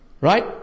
Right